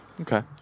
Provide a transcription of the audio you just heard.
Okay